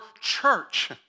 church